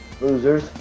losers